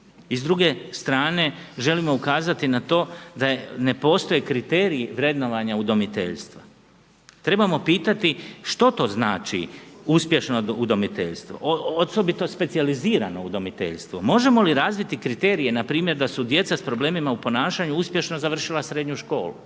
I s druge strane želimo ukazati na to da ne postoje kriteriji vrednovanja udomiteljstva. Trebamo pitati što to znači uspješno udomiteljstvo. Osobito specijalizirano udomiteljstvo. Možemo li razviti kriterije npr. da su djeca sa problemima u ponašanju uspješno završila srednju školu?